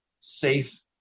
safe